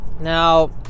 Now